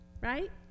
right